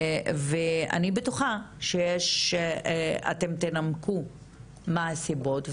ואני בטוחה שאתם תנמקו מה הסיבות,